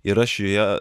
ir aš joje